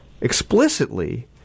explicitly